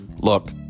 Look